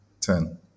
Ten